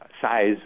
size